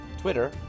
twitter